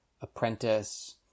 apprentice